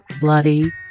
Bloody